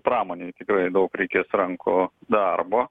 pramonei tikrai daug reikės rankų darbo